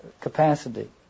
capacity